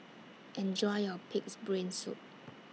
Enjoy your Pig'S Brain Soup